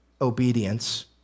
obedience